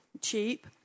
cheap